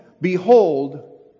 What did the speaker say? behold